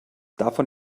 davon